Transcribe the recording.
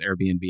Airbnb